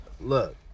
look